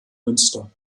münster